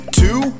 two